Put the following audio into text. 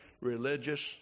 religious